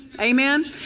Amen